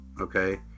Okay